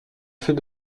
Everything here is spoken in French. fais